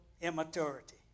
immaturity